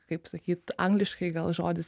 kaip sakyt angliškai gal žodis